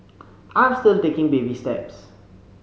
I'm still taking baby steps